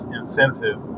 incentive